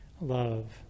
love